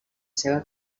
seva